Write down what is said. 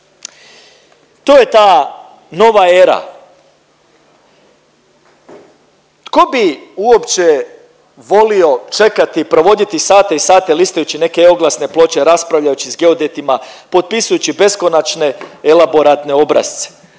To je ta nova era. Tko bi uopće volio čekati i provoditi sate i sate listajući neki e-Oglasne ploče, raspravljajući s geodetima, potpisujući beskonačne elaboratne obrasce?